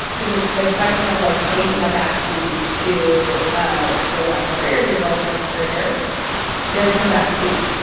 because there's the question of like taking a backseat to ah your wife's career, your girlfriend's career there's no back seat.